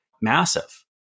massive